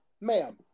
Ma'am